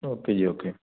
okay ji okay